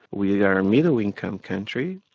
we are a middle income country.